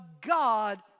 God